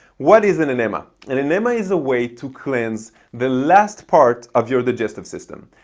what is an an enema? and an enema is a way to cleanse the last part of your digestive system.